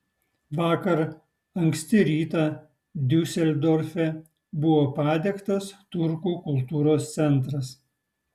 vakar anksti rytą diuseldorfe buvo padegtas turkų kultūros centras